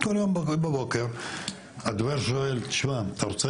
כל יום בבוקר הדובר שואל: אתה רוצה